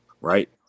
Right